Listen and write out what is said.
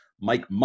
Mike